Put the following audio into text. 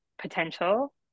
potential